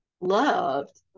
loved